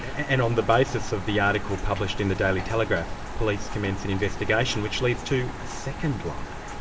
and on the basis of the article published in the daily telegraph police commence an investigation, which leads to a second lie.